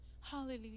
Hallelujah